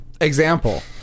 Example